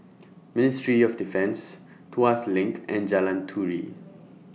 Ministry of Defence Tuas LINK and Jalan Turi